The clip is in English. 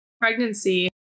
pregnancy